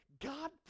God